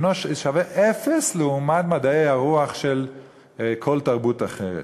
שווה אפס לעומת מדעי הרוח של כל תרבות אחרת.